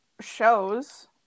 shows